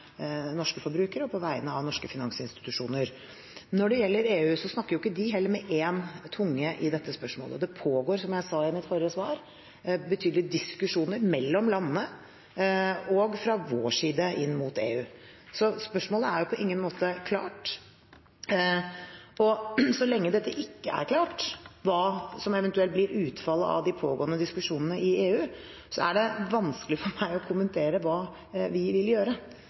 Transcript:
norske forbrukere og på vegne av norske finansinstitusjoner. Når det gjelder EU, snakker jo heller ikke de med én tunge i dette spørsmålet. Det pågår, som jeg sa i mitt forrige svar, betydelige diskusjoner mellom landene og fra vår side inn mot EU. Så spørsmålet er på ingen måte klart, og så lenge det ikke er klart hva som eventuelt blir utfallet av de pågående diskusjonene i EU, er det vanskelig for meg å kommentere hva vi vil gjøre.